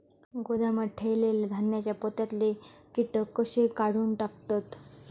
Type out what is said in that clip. गोदामात ठेयलेल्या धान्यांच्या पोत्यातले कीटक कशे काढून टाकतत?